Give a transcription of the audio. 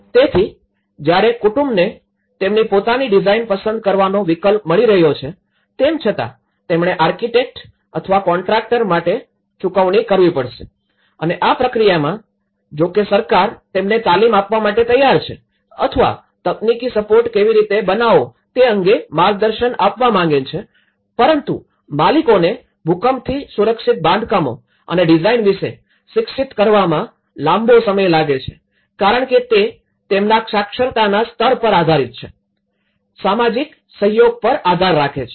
તેથી જયારે કુટુંબને તેમની પોતાની ડિઝાઇન પસંદ કરવાનો વિકલ્પ મળી રહ્યો છે તેમ છતાં તમણે આર્કિટેક્ટ અથવા કોર્ન્ટ્રાક્ટર માટે ચૂકવણી કરવી પડશે અને આ પ્રક્રિયામાં જો કે સરકાર તેમને તાલીમ આપવા તૈયાર છે અથવા તકનીકી સપોર્ટ કેવી રીતે બનાવવો તે અંગે માર્ગદર્શન આપવા માંગે છે પરંતુ માલિકોને ભૂકંપથી સુરક્ષિત બાંધકામો અને ડિઝાઇન વિશે શિક્ષિત કરવામાં લાંબો સમય લાગે છે કારણ કે તે તેમના સાક્ષરતા સ્તર પર આધારિત છે સામાજિક સહયોગ પર આધાર રાખે છે